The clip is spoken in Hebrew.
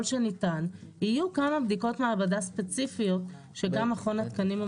שניתן יהיו כמה בדיקות מעבדה ספציפיות שגם מכון התקנים או